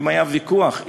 כשהיה ויכוח,